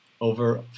over